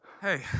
Hey